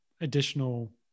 additional